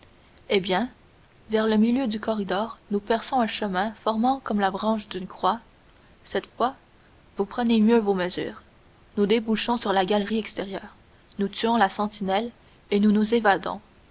eh bien vers le milieu du corridor nous perçons un chemin formant comme la branche d'une croix cette fois vous prenez mieux vos mesures nous débouchons sur la galerie extérieure nous tuons la sentinelle et nous nous évadons